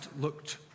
looked